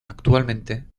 actualmente